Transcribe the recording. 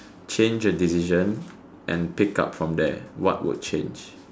change a decision and pick up from there what would change